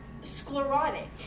sclerotic